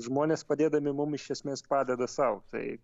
žmonės padėdami mum iš esmės padeda sau tai